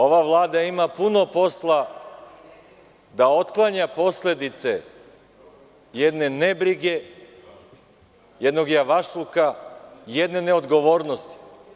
Ova Vlada ima puno posla da otklanja posledice jedne nebrige, jednog javašluka i jedne neodgovornosti.